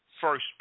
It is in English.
first